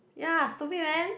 ya stupid man